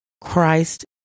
Christ